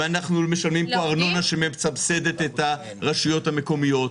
ואנחנו משלמים פה ארנונה שמסבסדת את הרשויות המקומיות.